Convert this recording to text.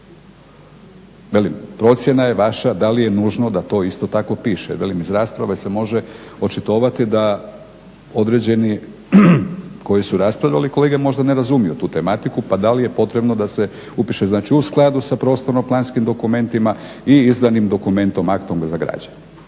procjena je vaša da li je nužno da to isto tako piše. Velim, iz rasprave se može očitovati da određeni koji su raspravljali kolege možda ne razumiju tu tematiku pa da li je potrebno da se upiše znači u skladu sa prostorno planskim dokumentima i izdanim dokumentom, aktom za građenje.